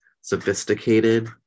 sophisticated